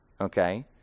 Okay